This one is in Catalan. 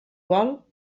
vol